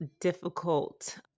difficult